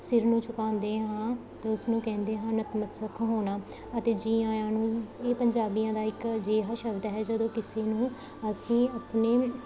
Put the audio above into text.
ਸਿਰ ਨੂੰ ਝੁਕਾਉਂਦੇ ਹਾਂ ਤਾਂ ਉਸ ਨੂੰ ਕਹਿੰਦੇ ਹਨ ਨਤਮਤਸਕ ਹੋਣਾ ਅਤੇ ਜੀ ਆਇਆਂ ਨੂੰ ਇਹ ਪੰਜਾਬੀਆਂ ਦਾ ਇੱਕ ਅਜਿਹਾ ਸ਼ਬਦ ਹੈ ਜਦੋਂ ਕਿਸੇ ਨੂੰ ਅਸੀਂ ਆਪਣੇ